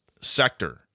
sector